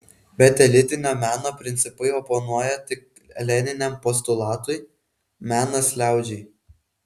bet elitinio meno principai oponuoja tik lenininiam postulatui menas liaudžiai